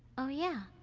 oh yeah.